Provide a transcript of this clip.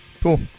Cool